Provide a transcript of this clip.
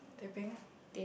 teh peng